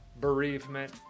bereavement